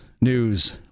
News